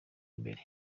imbere